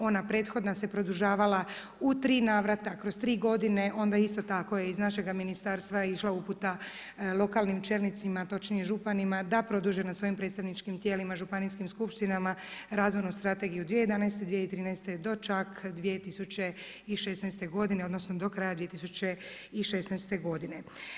Ona prethodna se produžavala u tri navrata, kroz tri godine, onda isto tako je iz našega ministarstva išla uputa lokalnim čelnicima točnije županima da produže na svojim predstavničkim tijelima, županijskim skupštinama Razvojnu strategiju 2011.-2013. do čak 2016. godine, odnosno do kraja 2016. godine.